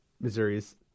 Missouri's